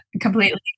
completely